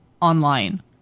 online